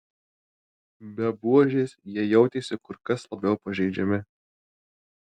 be buožės jie jautėsi kur kas labiau pažeidžiami